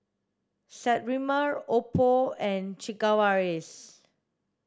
Sterimar Oppo and Sigvaris